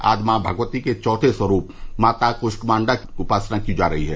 आज मॉ भगवती के चौथे स्वरूप माता कूष्मांडा की उपासना की जा रही है